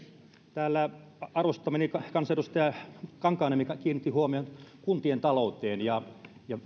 täällä arvostamani kansanedustaja kankaanniemi kiinnitti huomion kuntien talouteen ja